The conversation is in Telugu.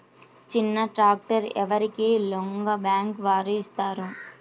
చిన్న ట్రాక్టర్ ఎవరికి లోన్గా బ్యాంక్ వారు ఇస్తారు?